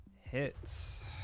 hits